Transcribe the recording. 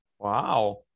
Wow